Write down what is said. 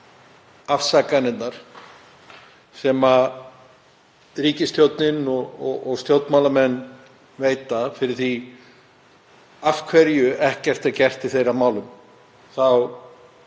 afsakanirnar sem ríkisstjórnin og stjórnmálamenn veita fyrir því af hverju ekkert er gert í þeirra málum